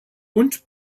und